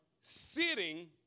sitting